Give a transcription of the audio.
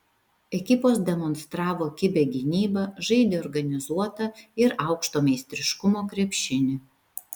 ekipos demonstravo kibią gynybą žaidė organizuotą ir aukšto meistriškumo krepšinį